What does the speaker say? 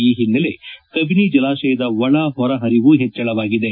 ಈ ಹಿನ್ನೆಲೆ ಕವಿನಿ ಜಲಾಶಯದ ಒಳ ಹೊರ ಪರಿವು ಹೆಚ್ಚಳವಾಗಿದೆ